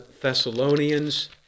Thessalonians